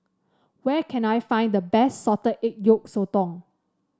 where can I find the best Salted Egg Yolk Sotong